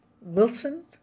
Wilson